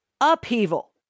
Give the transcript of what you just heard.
Upheaval